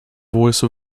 voice